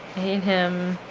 hate him